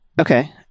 okay